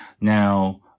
Now